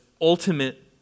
ultimate